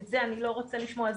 את זה אני לא רוצה לשמוע,